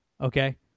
Okay